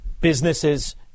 businesses